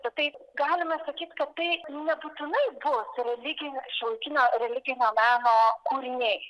bet tai galima sakyti kad tai nebūtinai bus likę šiuolaikinio religinio meno kūriniai